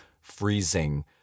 freezing